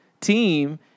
team